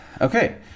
Okay